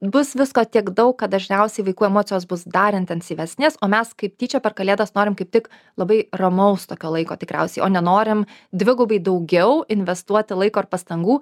bus visko tiek daug kad dažniausiai vaikų emocijos bus dar intensyvesnės o mes kaip tyčia per kalėdas norime kaip tik labai ramaus tokio laiko tikriausiai o nenorim dvigubai daugiau investuoti laiko ir pastangų